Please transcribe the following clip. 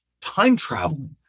time-traveling